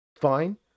fine